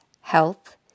health